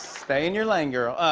stay in your lane, girl.